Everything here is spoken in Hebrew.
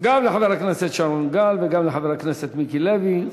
גם לחבר הכנסת שרון גל וגם לחבר הכנסת מיקי לוי,